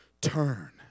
turn